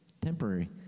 Temporary